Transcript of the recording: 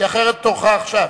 כי אחרת, תורך עכשיו.